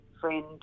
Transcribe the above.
friend